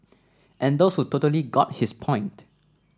and those who totally got his point